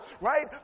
right